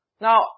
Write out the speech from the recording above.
Now